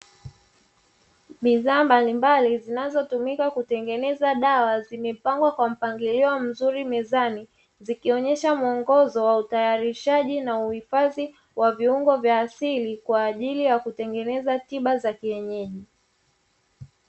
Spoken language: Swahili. Bidhaa mbalimbali zinazotumika kutengeneza dawa zimepangwa kwa mpangilio mzuri mezani, zikionyesha mwongozo wa utayarishaji na uhifadhi wa viungo vya asili kwa ajili ya kutengeneza tiba za kienyeji.